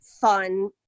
fun